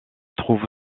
trouve